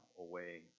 away